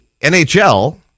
NHL